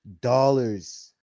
dollars